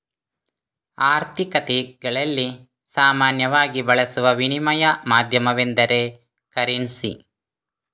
ಆರ್ಥಿಕತೆಗಳಲ್ಲಿ ಸಾಮಾನ್ಯವಾಗಿ ಬಳಸುವ ವಿನಿಮಯ ಮಾಧ್ಯಮವೆಂದರೆ ಕರೆನ್ಸಿ